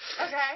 Okay